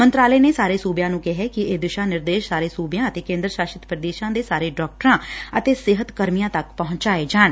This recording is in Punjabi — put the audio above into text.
ਮੰਤਰਾਲੇ ਨੇ ਸਾਰੇ ਸੂਬਿਆ ਨੂੰ ਕਿਹੈ ਕਿ ਇਹ ਦਿਸ਼ਾ ਨਿਰਦੇਸ਼ ਸਾਰੇ ਸੂਬਿਆ ਅਤੇ ਕੇਦਰ ਸ਼ਾਸਤ ਪੂਦੇਸ਼ਾ ਦੇ ਸਾਰੇ ਡਾਕਟਰਾਂ ਅਤੇ ਸਿਹਤ ਕਰਮੀਆਂ ਤੱਕ ਪਹੁੰਚਾਏ ਜਾਣ